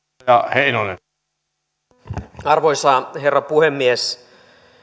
arvoisa herra puhemies